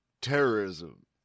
terrorism